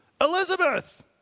Elizabeth